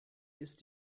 ist